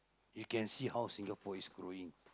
you can see how Singapore is growing